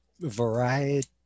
variety